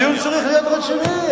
הדיון צריך להיות רציני.